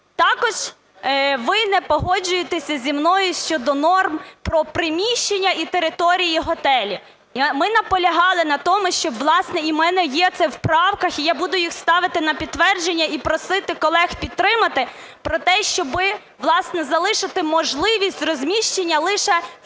Також ви не погоджуєтеся зі мною щодо норм про приміщення і території готелів. Ми наполягали на тому, і в мене, власне, є це в правках, і я буду їх ставити на підтвердження, і просити колег підтримати, про те щоби, власне, залишити можливість розміщення лише в приміщеннях